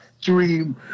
dream